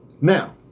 Now